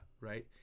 right